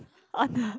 on the